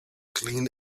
clean